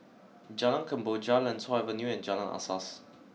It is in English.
Jalan Kemboja Lentor Avenue and Jalan Asas